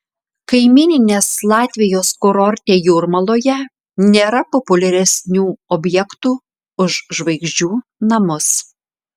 kaimyninės latvijos kurorte jūrmaloje nėra populiaresnių objektų už žvaigždžių namus